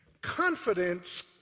confidence